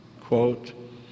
Quote